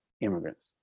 immigrants